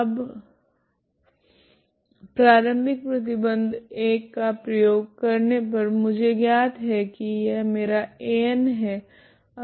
अब प्रारम्भिक प्रतिबंध 1 का प्रयोग करने पर मुझे ज्ञात है की यह मेरा An है